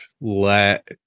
let